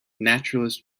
naturalist